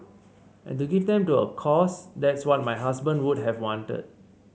and to give them to a cause that's what my husband would have wanted